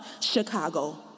Chicago